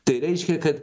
tai reiškia kad